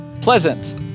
pleasant